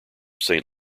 saint